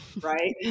right